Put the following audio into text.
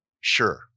Sure